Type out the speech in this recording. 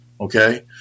Okay